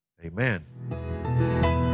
Amen